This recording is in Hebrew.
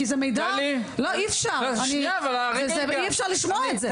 כי זה מידע אי אפשר לשמוע את זה.